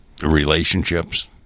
relationships